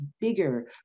bigger